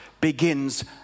begins